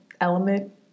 element